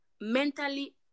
mentally